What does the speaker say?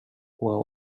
what